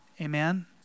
Amen